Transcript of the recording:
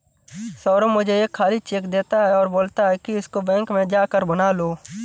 सौरभ मुझे एक खाली चेक देता है और बोलता है कि इसको बैंक में जा कर भुना लो